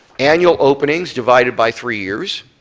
annual openings divided by three years,